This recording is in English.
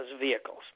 vehicles